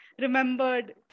remembered